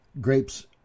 grapes